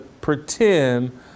pretend